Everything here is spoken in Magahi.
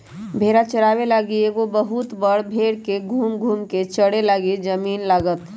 भेड़ा चाराबे लागी एगो बहुत बड़ भेड़ के घुम घुम् कें चरे लागी जमिन्न लागत